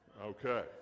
Okay